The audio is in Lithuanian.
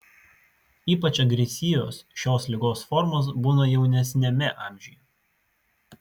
ypač agresyvios šios ligos formos būna jaunesniame amžiuje